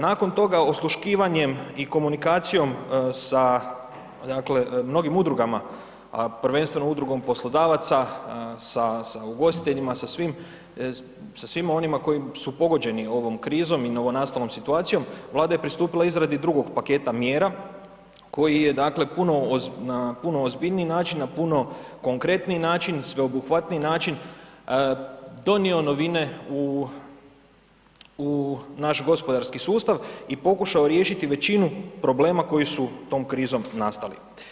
Nakon toga osluškivanjem i komunikacijom sa dakle mnogim udrugama, a prvenstveno udrugom poslodavaca, sa ugostiteljima sa svima onima koji su pogođeni ovom krizom i novonastalom situacijom Vlada je pristupila izradi drugog paketa mjera koji je dakle na puno ozbiljniji način, na puno konkretniji način i sveobuhvatniji način donio novine u naš gospodarski sustav i pokušao riješiti većinu problema koji su tom krizom nastali.